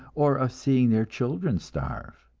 or of seeing their children starve.